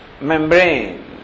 membrane